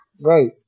Right